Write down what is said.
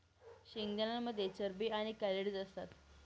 शेंगदाण्यांमध्ये चरबी आणि कॅलरीज असतात